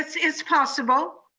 it's possible.